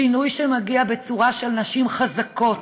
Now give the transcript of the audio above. שינוי שמגיע בצורה של נשים חזקות,